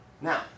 Now